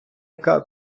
яка